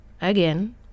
again